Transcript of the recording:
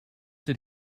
did